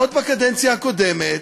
עוד בקדנציה הקודמת,